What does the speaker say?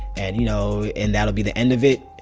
and, you know, and that'll be the end of it.